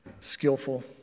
skillful